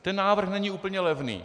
Ten návrh není úplně levný.